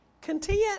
content